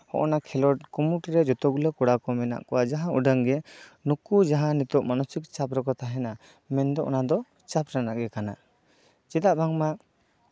ᱦᱚᱜᱼᱚᱭ ᱱᱚᱣᱟ ᱠᱷᱮᱞᱳᱰ ᱠᱩᱢᱩᱴ ᱨᱮ ᱡᱚᱛᱚ ᱜᱩᱞᱳ ᱠᱚᱲᱟ ᱠᱚ ᱢᱮᱱᱟᱜ ᱠᱚᱣᱟ ᱡᱟᱦᱟᱸ ᱩᱰᱟᱹᱝ ᱜᱮ ᱱᱩᱠᱩ ᱡᱟᱦᱟᱸ ᱱᱤᱛᱚᱜ ᱢᱟᱱᱚᱥᱤᱠ ᱪᱟᱯ ᱨᱮᱠᱚ ᱛᱟᱦᱮᱱᱟ ᱢᱮᱱᱫᱚ ᱚᱱᱟ ᱫᱚ ᱪᱟᱯ ᱨᱮᱱᱟᱜ ᱜᱮ ᱠᱟᱱᱟ ᱪᱮᱫᱟᱜ ᱵᱟᱝᱢᱟ